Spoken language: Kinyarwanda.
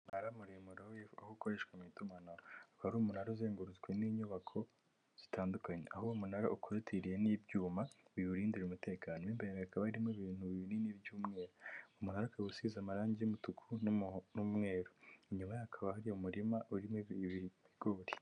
Umunara muremure w'itumanaho ukoreshwa mu itumanaho. Akaba ari umunara uzengurutswe n'inyubako zitandukanye, aho umunara ukorotiriye n'ibyuma biwurindira umutekano. Mo imbere hakabamo ibintu binini by'umweru, umuhanda usize amarangi y'umutuku n'umweru, inyuma yaho hakaba hari umurima urimo ibigori.